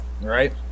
Right